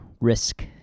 risk